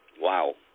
Wow